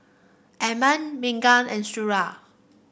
Adam Megat and Suria